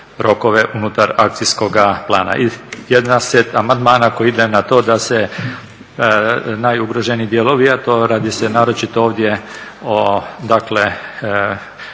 rokove unutar akcijskog plana. I jedan set amandmana koji ide na to da se najugroženiji dijelovi, a to radi se naročito ovdje o dakle